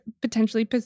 potentially